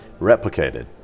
replicated